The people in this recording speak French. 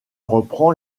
reprend